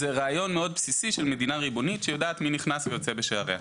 זה רעיון מאוד בסיסי של מדינה ריבונית שיודעת מי נכנס ויוצא בשעריה.